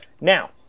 Now